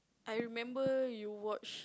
I remember you watch